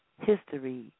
history